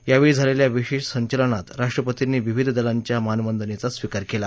यावेळी झालेल्या विशेष संचलनात राष्ट्रपर्तींनी विविध दलांच्या मानवंदनेचा स्वीकार केला